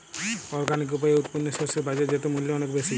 organic উপায়ে উৎপন্ন শস্য এর বাজারজাত মূল্য অনেক বেশি